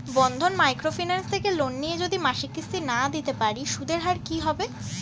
বন্ধন micro finance থেকে loan নিয়ে যদি মাসিক কিস্তি না দিতে পারি সুদের হার কি হবে?